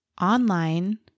online